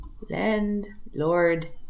Landlord